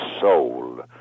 soul